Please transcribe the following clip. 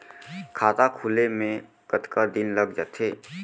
खाता खुले में कतका दिन लग जथे?